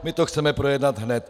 My to chceme projednat hned.